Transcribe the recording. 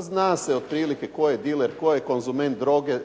zna se otprilike tko je diler, tko je konzument droge.